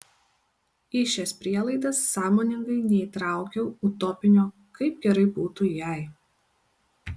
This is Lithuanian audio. į šias prielaidas sąmoningai neįtraukiau utopinio kaip gerai būtų jei